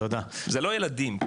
זה לא ילדים.